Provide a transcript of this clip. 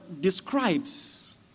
describes